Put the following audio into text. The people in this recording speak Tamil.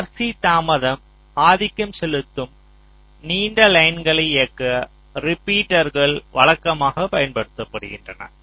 RC தாமதம் ஆதிக்கம் செலுத்தும் நீண்ட லைன்களை இயக்க ரிப்பீட்டர்கள் வழக்கமாக பயன்படுத்தப்படுகின்றன